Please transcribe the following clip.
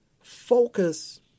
focus